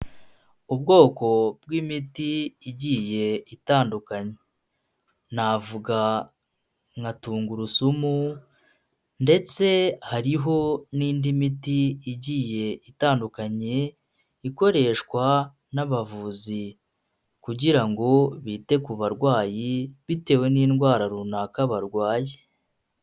Ubwoko bw'imiti igiye itandukanye, navuga nka tungurusumu, ndetse hariho n'indi miti igiye itandukanye ikoreshwa n'abavuzi, kugira ngo bite ku barwayi bitewe n'indwara runaka barwaye.